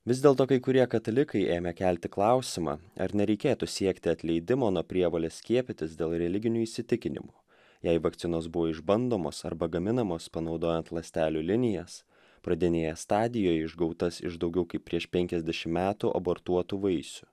vis dėlto kai kurie katalikai ėmė kelti klausimą ar nereikėtų siekti atleidimo nuo prievolės skiepytis dėl religinių įsitikinimų jei vakcinos buvo išbandomos arba gaminamos panaudojant ląstelių linijas pradinėje stadijoje išgautas iš daugiau kaip prieš penkiasdešimt metų abortuotų vaisių